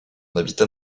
habitat